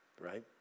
right